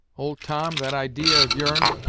old tom, that idee of your'n,